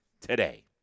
today